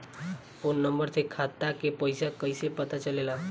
Phone number से खाता के पइसा कईसे पता चलेला?